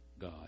God